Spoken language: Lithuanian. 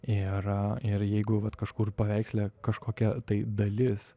ir ir jeigu vat kažkur paveiksle kažkokia tai dalis